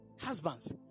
Husbands